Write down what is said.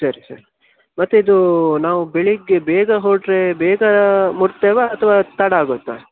ಸರಿ ಸರಿ ಮತ್ತೆ ಇದು ನಾವು ಬೆಳಿಗ್ಗೆ ಬೇಗ ಹೊರಟರೆ ಬೇಗ ಮುಟ್ತೇವಾ ಅಥವಾ ತಡ ಆಗುತ್ತಾ